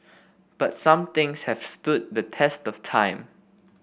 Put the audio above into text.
but some things have stood the test of time